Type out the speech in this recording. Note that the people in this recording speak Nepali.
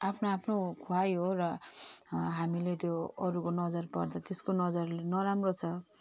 आफ्नो आफ्नो खुवाइ हो र हामीले त्यो अरूको नजर पर्दा त्यसको नजर अलि नराम्रो छ